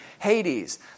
Hades